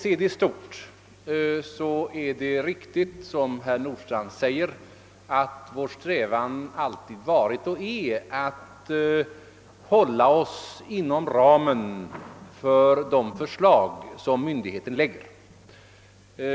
ler är det alltid vår strävan att hålla oss inom ramen för de förslag som myndigheterna framlägger.